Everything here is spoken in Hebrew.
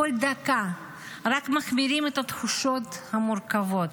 כל דקה, רק מגבירים את התחושות המורכבות.